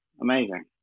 amazing